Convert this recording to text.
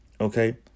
Okay